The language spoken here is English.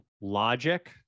logic